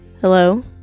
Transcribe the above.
Hello